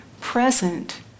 present